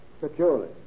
Securely